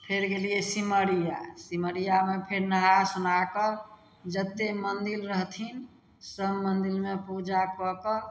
फेर गेलियै सिमरिया सिमरियामे फेर नहा सुना कऽ जते मन्दिर रहथिन सब मन्दिरमे पूजा कऽ कऽ